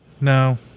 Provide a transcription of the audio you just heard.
No